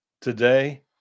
today